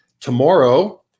Tomorrow